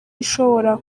ishobora